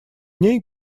ней